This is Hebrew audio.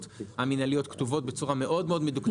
המינהליות כתובות בצורה מאוד-מאוד מדוקדקת.